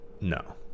no